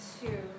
two